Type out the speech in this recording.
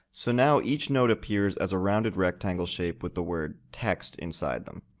so now each node appears as a roundedrectangle shape with the word text inside them.